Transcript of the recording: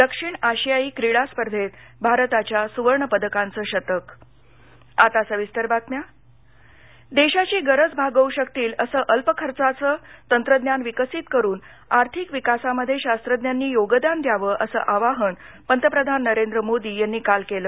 दक्षिण आशियायी क्रीडा स्पर्धेत भारताच्या सुवर्ण पदकांचं शतक आता सविस्तर बातम्या पंतप्रधान देशाची गरज भागवू शकतील असं अल्प खर्चाचं तंत्रज्ञान विकसित करून आर्थिक विकासामध्ये शास्त्रज्ञांनी योगदान द्यावं असं आवाहन पंतप्रधान नरेंद्र मोदी यांनी काल केलं